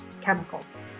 chemicals